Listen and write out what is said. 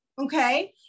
Okay